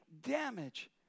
damage